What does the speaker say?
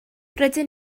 rydyn